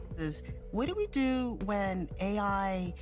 is what do we do when a i.